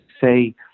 say